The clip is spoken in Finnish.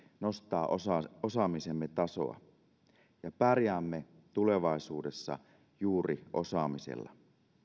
nostaa osaamisemme tasoa me pärjäämme tulevaisuudessa juuri osaamisella